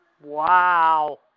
Wow